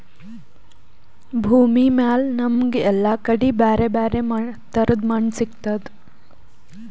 ಭೂಮಿಮ್ಯಾಲ್ ನಮ್ಗ್ ಎಲ್ಲಾ ಕಡಿ ಬ್ಯಾರೆ ಬ್ಯಾರೆ ತರದ್ ಮಣ್ಣ್ ಸಿಗ್ತದ್